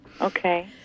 Okay